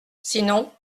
sinon